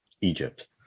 Egypt